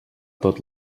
tot